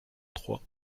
trois